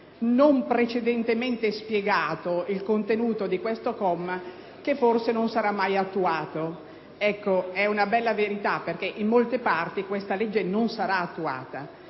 cosınon precedentemente spiegato il contenuto di questo comma, che forse non sara mai attuato. Ecco, euna bella verita, perche´ in molte parti questa legge non saraattuata.